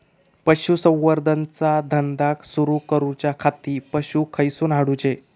पशुसंवर्धन चा धंदा सुरू करूच्या खाती पशू खईसून हाडूचे?